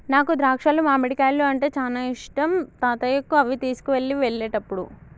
నాకు ద్రాక్షాలు మామిడికాయలు అంటే చానా ఇష్టం తాతయ్యకు అవి తీసుకువెళ్ళు వెళ్ళేటప్పుడు